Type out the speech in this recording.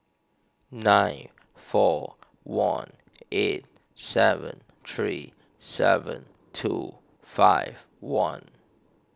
nine four one eight seven three seven two five one